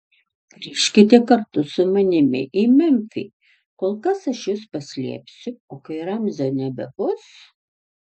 grįžkite kartu su manimi į memfį kol kas aš jus paslėpsiu o kai ramzio nebebus